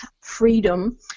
freedom